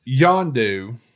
Yondu